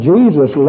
Jesus